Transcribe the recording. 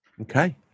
Okay